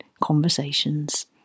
conversations